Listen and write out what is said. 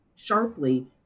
sharply